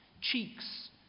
cheeks